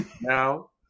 now